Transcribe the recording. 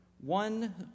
one